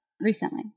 recently